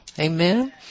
Amen